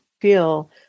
feel